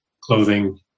clothing